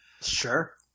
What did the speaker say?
Sure